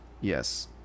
Yes